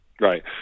Right